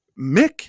Mick